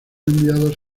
enviados